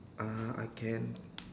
uh I can